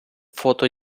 фото